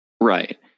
Right